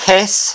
Kiss